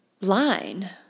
line